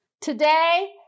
Today